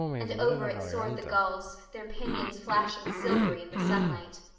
and over it soared the gulls, their pinions flashing silvery in the sunlight.